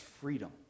freedom